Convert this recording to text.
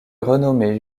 renommé